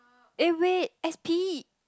eh wait S_P